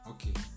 Okay